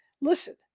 Listen